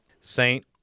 Saint